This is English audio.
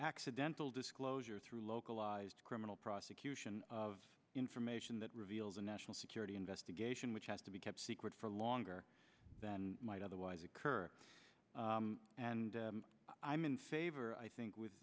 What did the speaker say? accidental disclosure through localized criminal prosecution of information that reveals a national security investigation which has to be kept secret for longer than might otherwise occur and i'm in favor i think with